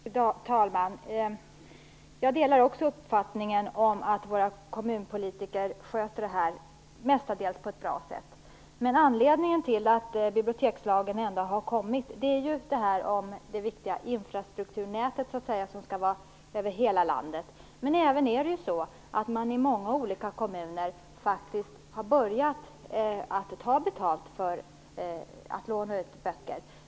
Fru talman! Jag delar uppfattningen att våra kommunpolitiker sköter det här mestadels på ett bra sätt. Anledningen till att bibliotekslagen ändå har kommit är det viktiga infrastrukturnät som skall täcka hela landet. Men i många kommuner har man börjat att ta betalt för att låna ut böcker.